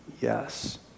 yes